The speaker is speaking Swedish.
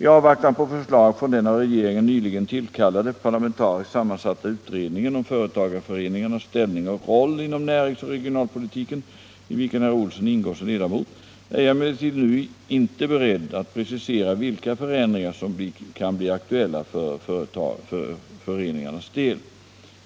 I avvaktan på förslag från den av regeringen nyligen tillkallade, parlamentariskt sammansatta utredningen om företagareföreningarnas ställning och roll inom närings och regionalpolitiken — i vilken herr Olsson ingår som ledamot — är jag emellertid inte nu beredd att precisera vilka förändringar som kan bli aktuella för föreningarnas del.